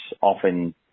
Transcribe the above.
often